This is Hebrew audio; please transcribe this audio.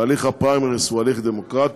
והליך הפריימריז הוא הליך דמוקרטי,